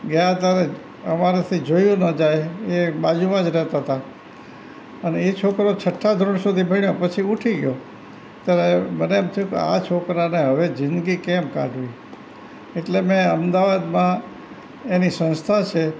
ગયા ત્યારે જ અમારાથી જોયું ન જાય એ બાજુમાં જ રહેતા હતા અને એ છોકરો છઠ્ઠા ધોરણ સુધી ભણ્યો પછી ઉઠી ગયો તો મને એમ થયું કે આ છોકરાને હવે જિંદગી કેમ કાઢવી એટલે મેં અમદાવાદમાં એની સંસ્થા છે